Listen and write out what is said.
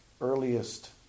earliest